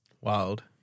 Wild